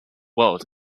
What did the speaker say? world